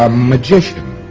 um magician.